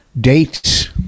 dates